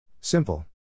Simple